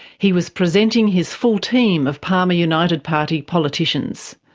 he was presenting his full team of palmer united party politicians.